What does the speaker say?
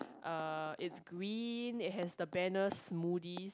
uh it's green it has the banner smoothie